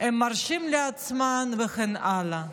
הם מרשים לעצמם, וכן הלאה.